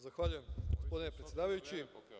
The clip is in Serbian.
Zahvaljujem, gospodine predsedavajući.